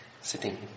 Sitting